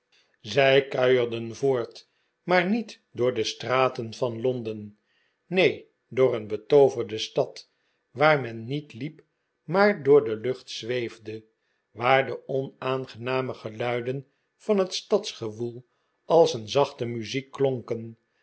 zij kuierden voort maar niet door de straten van londen neen door een betooverde stad waar men niet hep maar door de lucht zweefde waar de onaangename geluiden van het stadsgewoel als een zachte muziek klonken